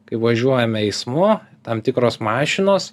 kai važiuojame eismu tam tikros mašinos